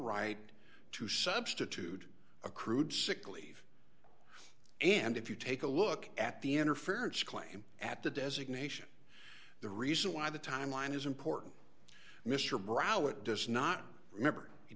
right to substitute accrued sick leave and if you take a look at the interference claim at the designation the reason why the timeline is important mr brough it does not remember he